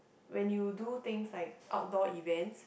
when you do things like outdoor events